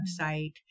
website